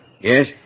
Yes